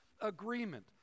agreement